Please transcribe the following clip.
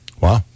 Wow